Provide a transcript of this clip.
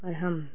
اور ہم